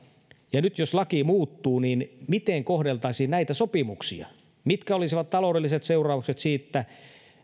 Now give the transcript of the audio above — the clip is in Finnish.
ja nyt jos laki muuttuu niin miten kohdeltaisiin näitä sopimuksia mitkä olisivat taloudelliset seuraukset siitä